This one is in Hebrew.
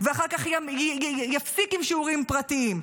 ואחר כך יפסיק עם שיעורים פרטיים.